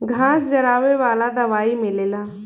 घास जरावे वाला दवाई मिलेला